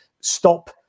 stop